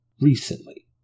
recently